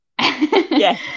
Yes